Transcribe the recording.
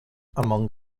among